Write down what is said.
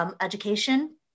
education